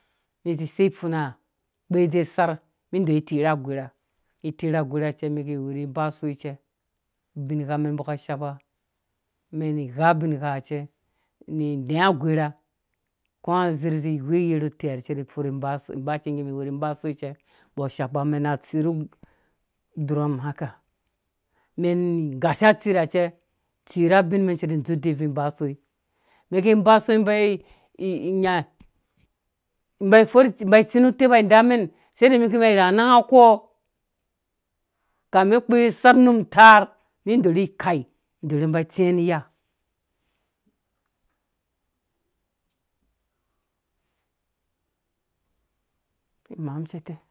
Ĩ zĩ sei funaha kpe dzesarh mɛn dɔrhi tirh agora itirha agora ɛcɛ mɛn ki wurii mba soi cɛ bingha mɛn mbɔ ka shapa mɛn gha bingha cɛ ni idɛɛ agora kũ azer zĩ we uyɛrɛ teu ha mu furhe ba soi mba cɛ ngge mɛn wurhi mba soi cɛ mbɔ shapa mɛn atsir nu durun haka mɛn ni dzur udii bvui ba soi mɛn ki mba soi mba inya mba fɔr tsi mba tsĩ nu utepa damen sei da mɛn ki mba irha anangako kame kpe sarh num taar mɛn dori kai dɔri mba tsĩã ni iya ki maa mum cɛ tɛ.